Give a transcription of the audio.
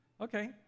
Okay